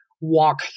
walk